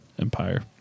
Empire